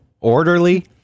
orderly